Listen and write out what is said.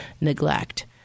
neglect